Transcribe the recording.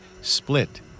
split